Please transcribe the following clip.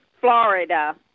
Florida